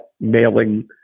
mailing